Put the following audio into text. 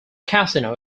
casino